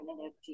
energy